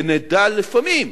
ונדע, לפעמים,